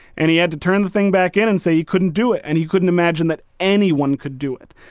and he had to turn the thing back in and say he couldn't do it, and he couldn't imagine that anyone could do it.